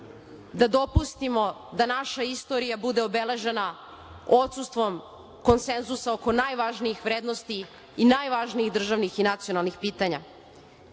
da dopustimo da naša istorija bude obeležena odsustvom konsenzusa oko najvažnijih vrednosti i najvažnijih državnih i nacionalnih pitanja?